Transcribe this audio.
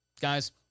Guys